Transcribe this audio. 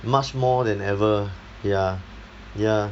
much more than ever ya ya